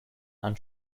and